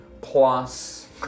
plus